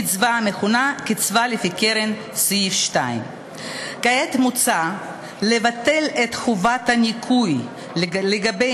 קצבה המכונה קצבה לפי קרן סעיף 2. כעת מוצע לבטל את חובת הניכוי לגבי